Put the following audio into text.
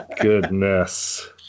Goodness